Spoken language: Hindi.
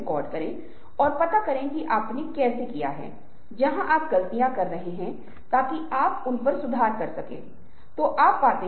इसलिए ये उन महत्वपूर्ण अंकों का सारांश हैं जिन्हें हमने इसके लिए बनाया है